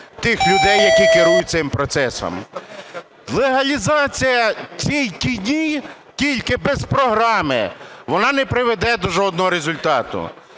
тих людей, які керують цим процесом. Легалізація тільки дій без програми, вона не приведе до жодного результату.